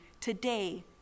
today